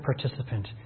participant